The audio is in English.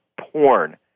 Porn